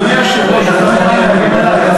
אדוני היושב-ראש, אתה מוכן להגן עלי?